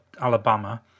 Alabama